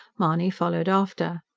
mahony followed after.